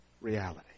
reality